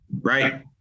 right